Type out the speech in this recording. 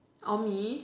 orh me